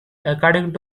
according